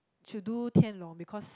should do Tian-Long because